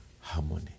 harmony